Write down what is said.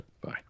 Bye